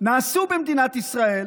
נעשו במדינת ישראל